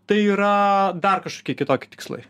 tai yra dar kažkokie kitoki tikslai